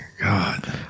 God